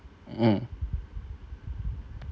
mm